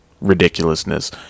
ridiculousness